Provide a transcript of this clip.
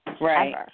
Right